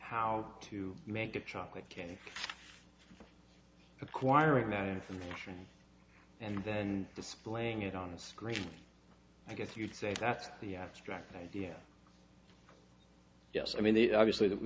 how to make a chocolate cake acquiring that information and then displaying it on the screen i guess you'd say that's the abstract idea yes i mean the obviously that